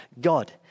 God